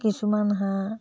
কিছুমান হাঁহ